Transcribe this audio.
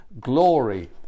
glory